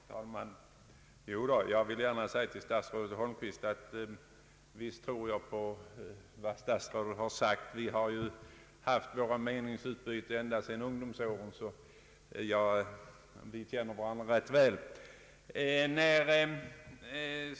Herr talman! Jag vill gärna säga till statsrådet Holmqvist att jag visst tror på vad han har sagt. Vi har haft våra meningsutbyten ända sedan ungdomsåren, så jag känner honom ganska väl.